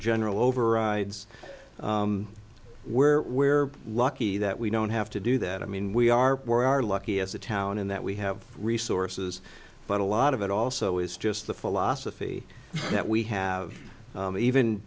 general overrides where where lucky that we don't have to do that i mean we are we're are lucky as a town in that we have resources but a lot of it also is just the philosophy that we have even